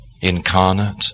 incarnate